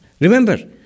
Remember